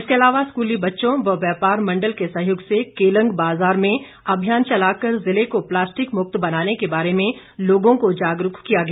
इसके अलावा स्कूली बच्चों व व्यापार मण्डल के सहयोग से केलंग बाजार में अभियान चलाकर जिले को प्लास्टिक मुक्त बनाने के बारे में लोगों को जागरूक किया गया